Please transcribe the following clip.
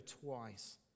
twice